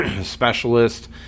specialist